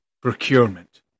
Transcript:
procurement